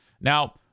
now